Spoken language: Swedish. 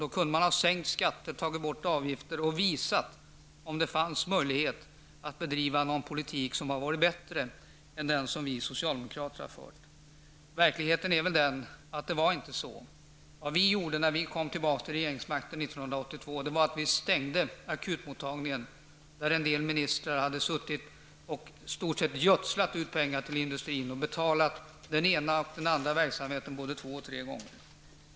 Då hade man kunnat sänka skatter, tagit bort avgifter och visat om det fanns möjlighet att bedriva någon politik som skulle ha varit bättre än den som vi socialdemokrater har fört. Verkligheten är väl att det inte var på det sättet. Vad vi socialdemokrater gjorde när vi kom tillbaka till regeringsmakten 1982 var att stänga akutmottagningen där en del ministrar hade suttit och i stort sett gödslat ut pengar till industrin och betalat den ena och den andra verksamheten både två och tre gånger.